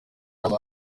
hari